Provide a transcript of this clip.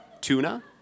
Tuna